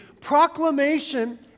Proclamation